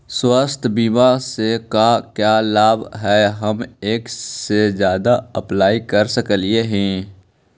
स्वास्थ्य बीमा से का क्या लाभ है हम एक से जादा अप्लाई कर सकली ही?